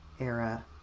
era